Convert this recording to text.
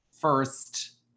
first